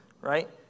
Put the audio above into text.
right